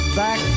back